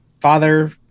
Father